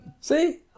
See